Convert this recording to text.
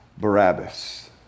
Barabbas